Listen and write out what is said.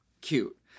cute